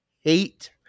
hate